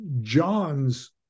John's